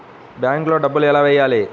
బ్యాంక్లో డబ్బులు ఎలా వెయ్యాలి?